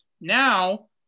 Now